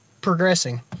progressing